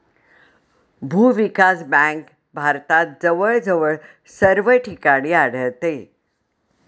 भूविकास बँक भारतात जवळजवळ सर्व ठिकाणी आढळते